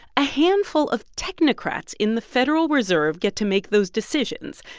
a handful of technocrats in the federal reserve get to make those decisions,